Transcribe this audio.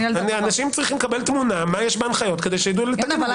אנשים צרכים תמונה מה יש בהנחיות כדי שידעו לתקן.